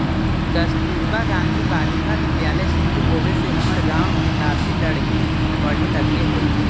कस्तूरबा गांधी बालिका विद्यालय शुरू होवे से हमर गाँव के काफी लड़की पढ़े लगले हइ